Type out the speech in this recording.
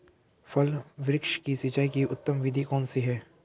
फल वृक्ष की सिंचाई की उत्तम विधि कौन सी है?